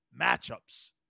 matchups